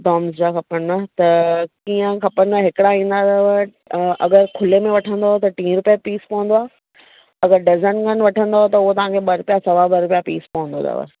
Doms जा खपनव त कीअं खपनव हिकिड़ा ईंदा अथव अगरि खुले में वठंदव त टीह रुपिया पीस पवंदो आहे अगरि डज़न में वठंदो त उहो तव्हांखे ॿ रुपिया सवा ॿ रुपिया पीस पवंदो अथव